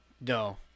No